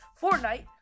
Fortnite